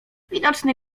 widocznie